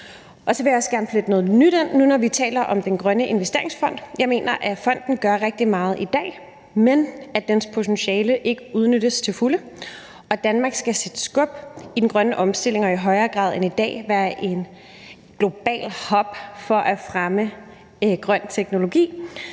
jeg også gerne flette noget nyt ind nu, når vi taler om Danmarks Grønne Investeringsfond. Jeg mener, at fonden gør rigtig meget i dag, men at dens potentiale ikke udnyttes til fulde, og at Danmark skal sætte skub i den grønne omstilling og i højere grad end i dag være en global hub for at fremme grøn teknologi,